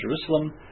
Jerusalem